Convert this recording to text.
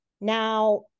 Now